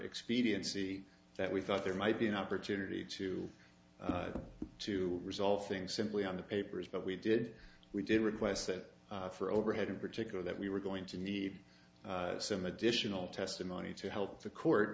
expediency that we thought there might be an opportunity to to resolve things simply on the papers but we did we did requests that for overhead in particular that we were going to need some additional testimony to help the court